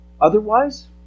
otherwise